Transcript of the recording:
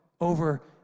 over